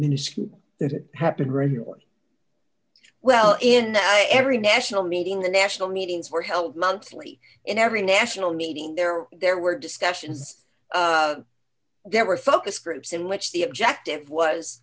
miniscule that it happened well in every national meeting the national meetings were held monthly in every national meeting there were there were discussions there were focus groups in which the objective was